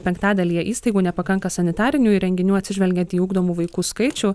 penktadalyje įstaigų nepakanka sanitarinių įrenginių atsižvelgiant į ugdomų vaikų skaičių